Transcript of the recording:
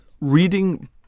Reading